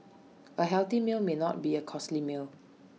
A healthy meal may not be A costly meal